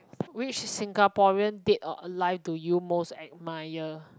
which singaporean dead or alive do you most admire